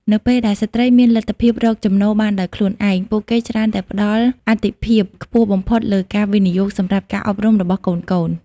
នៅពេលដែលស្ត្រីមានលទ្ធភាពរកចំណូលបានដោយខ្លួនឯង ពួកគេច្រើនតែផ្ដល់អាទិភាពខ្ពស់បំផុតលើការវិនិយោគសម្រាប់ការអប់រំរបស់កូនៗ។